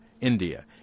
India